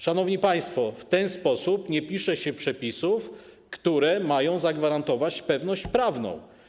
Szanowni państwo, w ten sposób nie pisze się przepisów, które mają zagwarantować pewność prawną.